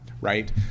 right